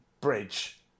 bridge